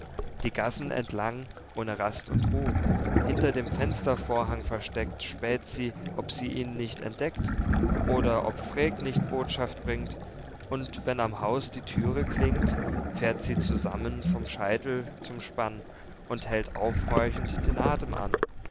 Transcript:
die gassen entlang ohne rast und ruh hinter dem fenstervorhang versteckt späht sie ob sie ihn nicht entdeckt oder ob freek nicht botschaft bringt und wenn am haus die thüre klingt fährt sie zusammen vom scheitel zum spann und hält aufhorchend den athem an